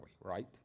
right